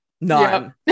None